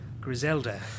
Griselda